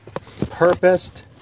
purposed